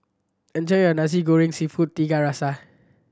enjoy your Nasi Goreng Seafood Tiga Rasa